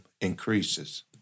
increases